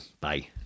Bye